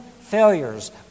failures